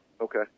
Okay